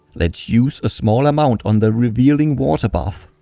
let's use a smaller amount on the revealing water bath.